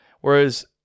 Whereas